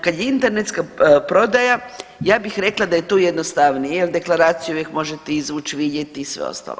Kad je internetska prodaja ja bih rekla da je tu jednostavnije, jer deklaraciju uvijek možete izvući, vidjeti i sve ostalo.